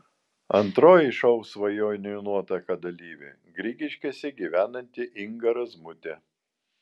antroji šou svajonių nuotaka dalyvė grigiškėse gyvenanti inga razmutė